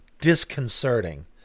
disconcerting